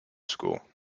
school